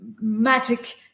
magic